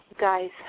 guys